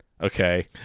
Okay